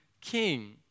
king